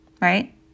right